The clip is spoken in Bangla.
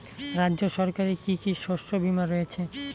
রাজ্য সরকারের কি কি শস্য বিমা রয়েছে?